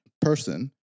person